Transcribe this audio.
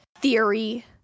theory